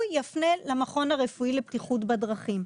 הוא יפנה למכון הרפואי לבטיחות בדרכים.